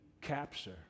capture